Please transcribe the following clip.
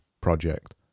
project